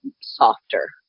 softer